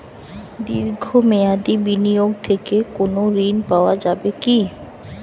দীর্ঘ মেয়াদি বিনিয়োগ থেকে কোনো ঋন পাওয়া যাবে কী?